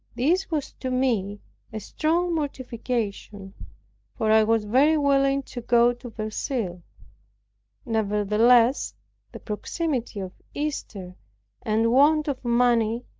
this was to me a strong mortification for i was very willing to go to verceil nevertheless the proximity of easter and want of money,